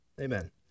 Amen